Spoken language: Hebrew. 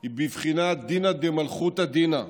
היא בבחינת דינא דמלכותא דינא,